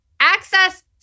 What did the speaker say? Access